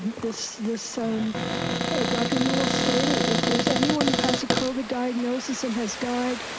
this this um dr. newel stated if there's anyone who has a covid diagnosis and has died,